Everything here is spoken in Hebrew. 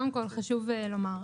קודם כל חשוב לומר,